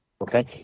okay